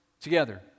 together